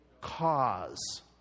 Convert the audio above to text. cause